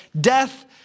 death